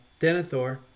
Denethor